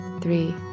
three